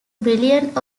brilliant